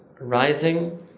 rising